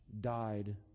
died